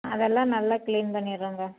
அதெல்லாம் நல்லா கிளீன் பண்ணிடுறோங்க